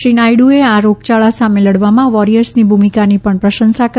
શ્રી નાયડુએ આ રોગયાળા સામે લડવામાં વોરિયર્સની ભૂમિકાની પણ પ્રશંસા કરી